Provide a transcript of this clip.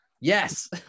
Yes